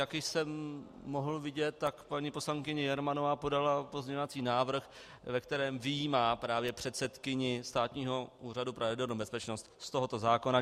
Jak jsem mohl vidět, paní poslankyně Jermanová podala pozměňovací návrh, ve které vyjímá právě předsedkyni Státního úřadu pro jadernou bezpečnost z tohoto zákona.